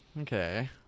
Okay